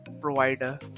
provider